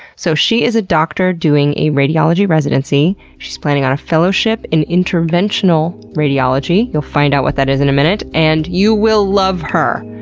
so she is a doctor doing a radiology residency. she's planning on a fellowship in interventional radiology. you'll find out what that is in a minute, and you will love her.